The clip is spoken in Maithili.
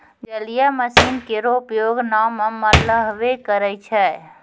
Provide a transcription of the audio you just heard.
जलीय मसीन केरो उपयोग नाव म मल्हबे करै छै?